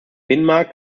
binnenmarkt